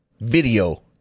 video